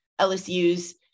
LSU's